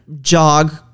jog